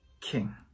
king